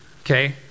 Okay